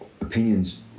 opinions